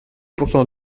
pourtant